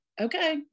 okay